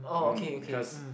mm because